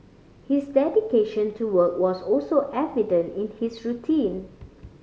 his dedication to work was also evident in his routine